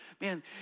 Man